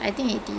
cool